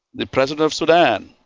the president of sudan.